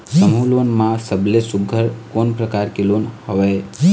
समूह लोन मा सबले सुघ्घर कोन प्रकार के लोन हवेए?